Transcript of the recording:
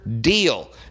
deal